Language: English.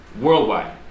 worldwide